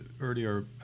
earlier